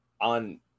on